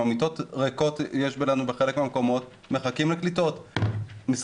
יש בחלק מהמקומות מיטות ריקות ומחכים לקליטות.